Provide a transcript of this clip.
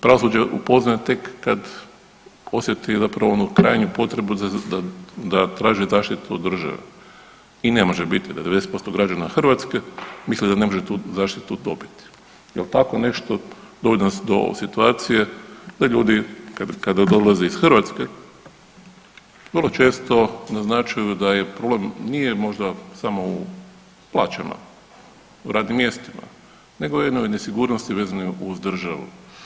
Pravosuđe upoznaje tek kad osjeti zapravo onu krajnju potrebu da tražio zaštitu od države i ne može biti da 90% građana Hrvatske misli da ne može tu zaštitu dobiti jer tako nešto dovodi nas do situacije da ljudi kada dolaze iz Hrvatske vrlo često naznačuju da je problem, nije možda samo u plaćama, radnim mjestima nego u jednoj nesigurnosti vezanoj uz državu.